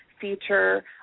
feature